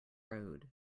road